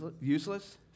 useless